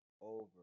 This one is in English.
over